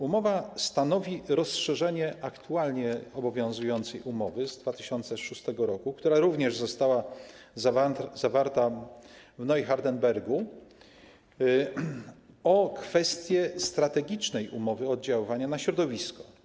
Umowa stanowi rozszerzenie aktualnie obowiązującej umowy z 2006 r., która również została zawarta w Neuhardenbergu, o kwestie strategicznej oceny oddziaływania na środowisko.